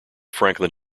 franklin